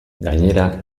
gainera